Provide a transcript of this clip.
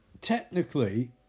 technically